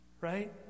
Right